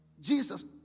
Jesus